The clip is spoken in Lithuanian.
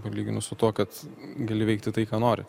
palyginus su tuo kad gali veikti tai ką nori